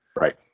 Right